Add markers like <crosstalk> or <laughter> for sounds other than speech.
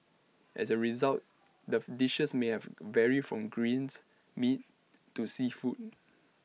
as A result the <unintelligible> dishes may have vary from greens meat to seafood